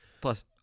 Plus